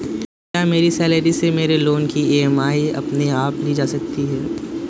क्या मेरी सैलरी से मेरे लोंन की ई.एम.आई अपने आप ली जा सकती है?